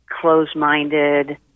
closed-minded